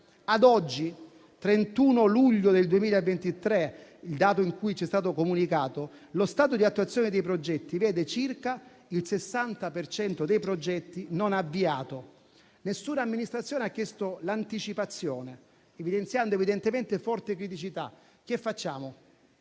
Ad oggi, il 31 luglio 2023 (il giorno in cui ci è stato comunicato), lo stato di attuazione dei progetti vede circa il 60 per cento dei progetti non avviato. Nessuna amministrazione ha chiesto l'anticipazione, evidenziando forte criticità. Noi vogliamo